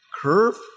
Curve